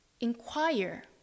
inquire